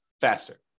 faster